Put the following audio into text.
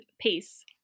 peace